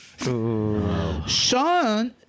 Sean